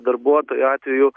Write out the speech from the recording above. darbuotojų atveju